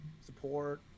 support